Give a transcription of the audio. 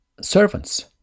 servants